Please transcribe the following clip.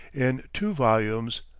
in two volumes,